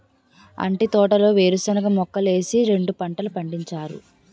అంటి తోటలో వేరుశనగ మొక్కలేసి రెండు పంటలు పండించారు